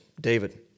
David